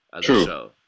True